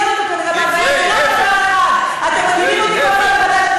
מה שעניין אותו כנראה בהלוויה, דברי הבל.